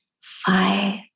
five